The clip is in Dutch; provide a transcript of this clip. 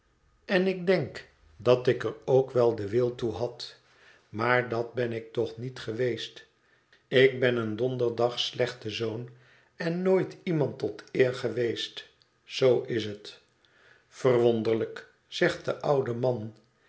en ik denk dat ik er ook wel den wil toe had maar dat ben ik toch niet geweest ik ben een donderdags slechte zoon en nooit iemand tot eer geweest zoo is het verwonderlijk zegt de oude man